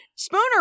Spooner